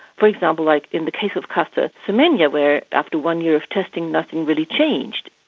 for example, like in the case of caster semenya where after one year of testing nothing really changed.